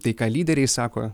tai ką lyderiai sako